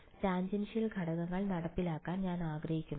tangential ഘടകങ്ങൾ നടപ്പിലാക്കാൻ ഞാൻ ആഗ്രഹിക്കുന്നു